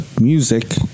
Music